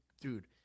dude